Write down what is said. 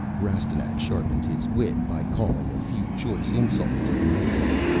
rastignac sharpened his wit by calling a few choice insults to the night guard,